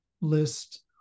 list